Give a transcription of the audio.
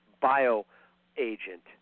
bio-agent